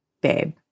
babe